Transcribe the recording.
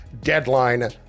deadline